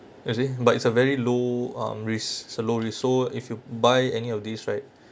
you see but it's a very low um risk it's low risk so if you buy any of these right